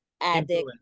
addict